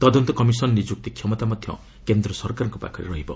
ତଦନ୍ତ କମିଶନ୍ ନିଯୁକ୍ତି କ୍ଷମତା ମଧ୍ୟ କେନ୍ଦ୍ର ସରକାରଙ୍କ ପାଖରେ ରହିବ